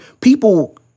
people